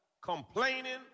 complaining